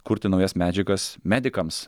kurti naujas medžiagas medikams